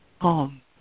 home